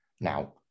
Now